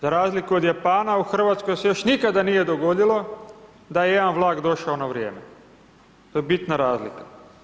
Za razliku od Japana, u RH se još nikad nije dogodilo da je jedan vlak došao na vrijeme, to je bitna razlika.